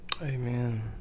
Amen